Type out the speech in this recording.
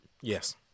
Yes